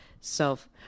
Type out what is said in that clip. self